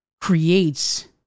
creates